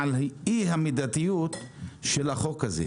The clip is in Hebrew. המורכבות החוקתית שהוזכרה פה על ידי היועצים